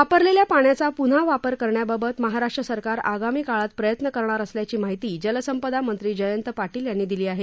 वापरलेल्या पाण्याचा पुन्हा वापर करण्याबाबत महाराष्ट्र सरकार आगामी काळात प्रयत्न करणार असल्याची माहिती जलसंपदा मंत्री जयंत पार्शेल यांनी दिली आहे